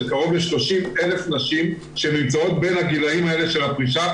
קרוב ל-30,000 נשים שנמצאות בין הגילאים האלה של הפרישה,